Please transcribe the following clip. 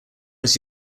does